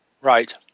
Right